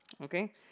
Okay